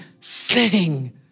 sing